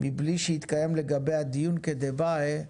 מבלי שהתקיים לגביה דיון כדבעי.